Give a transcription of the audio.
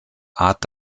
art